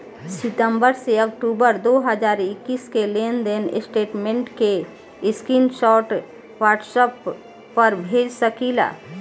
सितंबर से अक्टूबर दो हज़ार इक्कीस के लेनदेन स्टेटमेंट के स्क्रीनशाट व्हाट्सएप पर भेज सकीला?